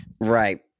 Right